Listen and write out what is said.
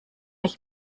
ich